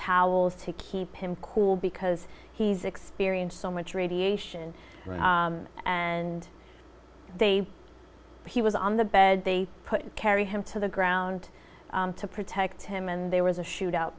towels to keep him cool because he's experienced so much radiation and they he was on the bed they put carry him to the ground to protect him and there was a shootout